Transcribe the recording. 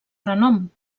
renom